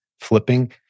flipping